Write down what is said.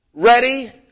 Ready